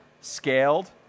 scaled